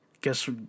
guess